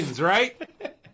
right